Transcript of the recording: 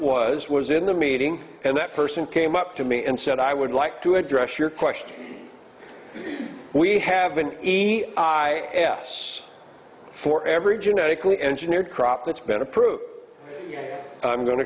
was was in the meeting and that person came up to me and said i would like to address your question we have an easy i guess for every genetically engineered crops that's been approved i'm going to